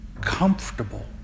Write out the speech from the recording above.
comfortable